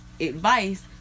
advice